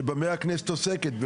שבמה הכנסת עוסקת,